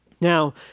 Now